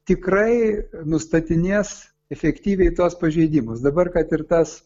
tikrai nustatinės efektyviai tuos pažeidimus dabar kad ir tas